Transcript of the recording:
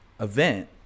event